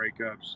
breakups